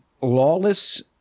lawless